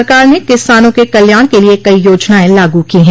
सरकार ने किसानों के कल्याण के लिये कई योजनाएं लागू की हैं